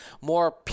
more